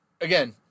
Again